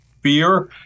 fear